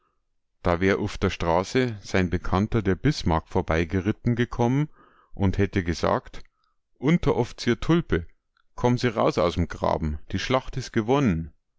da wär uff der straße sein bekannter der bismarck vorbeigeritten gekommen und hätte gesagt unteroff'zier tulpe komm'n sie raus aus m graben die schlacht is gewonnen